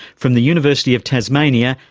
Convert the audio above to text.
from the university of tasmania,